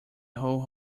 whole